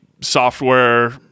software